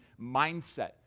mindset